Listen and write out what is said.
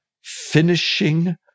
finishing